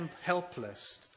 helpless